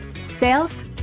sales